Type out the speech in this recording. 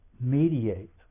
mediate